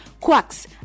quacks